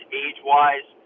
age-wise